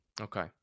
Okay